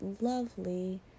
lovely